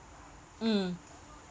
mm